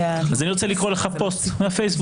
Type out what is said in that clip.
אז אני רוצה לקרוא לך פוסט מהפייסבוק: